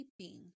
keeping